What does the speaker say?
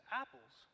apples